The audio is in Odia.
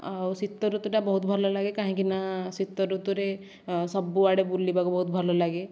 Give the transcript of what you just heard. ଆଉ ଶୀତଋତୁଟା ବହୁତ ଭଲ ଲାଗେ କାହିଁକି ନା ଶୀତଋତୁରେ ସବୁଆଡେ ବୁଲିବାକୁ ବହୁତ ଭଲ ଲାଗେ